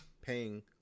paying